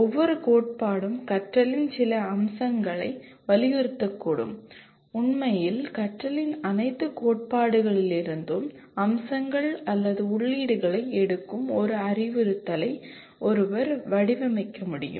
ஒவ்வொரு கோட்பாடும் கற்றலின் சில அம்சங்களை வலியுறுத்தக்கூடும் உண்மையில் கற்றலின் அனைத்து கோட்பாடுகளிலிருந்தும் அம்சங்கள் அல்லது உள்ளீடுகளை எடுக்கும் ஒரு அறிவுறுத்தலை ஒருவர் வடிவமைக்க முடியும்